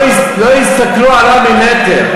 לא הסתכלו עליו ממטר.